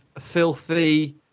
filthy